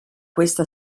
questa